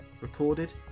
recorded